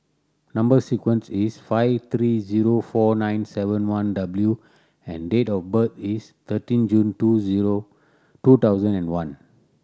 number sequence is five three zero four nine seven one W and date of birth is thirteen June two zero two thousand and one